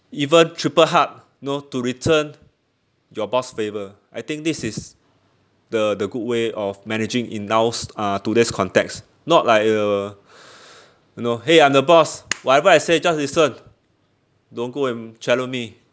even triple hard know to return your boss favour I think this is the the good way of managing in nows~ uh today's context not like uh you know !hey! I'm the boss whatever I say just listen don't go and challenge me